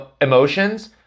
emotions